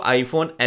iPhone